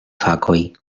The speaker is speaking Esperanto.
fakoj